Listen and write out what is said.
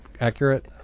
accurate